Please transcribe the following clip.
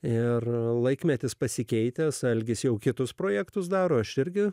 ir laikmetis pasikeitęs algis jau kitus projektus daro aš irgi